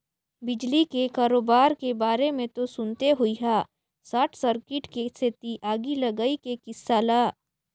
बिजली के करोबार के बारे मे तो सुनते होइहा सार्ट सर्किट के सेती आगी लगई के किस्सा ल